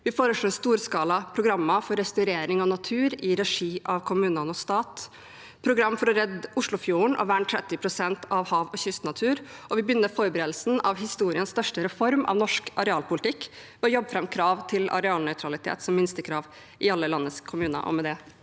Vi foreslår storskala programmer for restaurering av natur i regi av kommune og stat, program for å redde Oslofjorden og verne 30 pst. av hav og kystnatur, og vi begynner forberedelsen av historiens største reform av norsk arealpolitikk ved å jobbe fram krav til arealnøytralitet som minstekrav i alle landets kommuner.